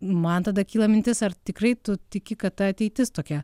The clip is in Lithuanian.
man tada kyla mintis ar tikrai tu tiki kad ta ateitis tokia